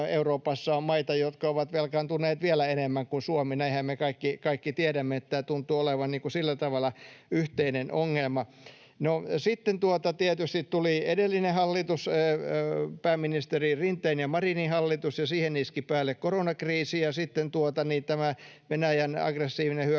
Euroopassa on maita, jotka ovat velkaantuneet vielä enemmän kuin Suomi — tämänhän me kaikki tiedämme, että tämä tuntuu olevan sillä tavalla yhteinen ongelma. No sitten tietysti tuli edellinen hallitus, pääministeri Rinteen ja Marinin hallitus, ja siihen iski päälle koronakriisi ja sitten tämä Venäjän aggressiivinen hyökkäys